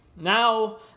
Now